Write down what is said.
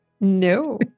No